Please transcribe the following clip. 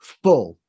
full